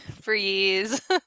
freeze